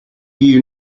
you